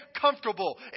comfortable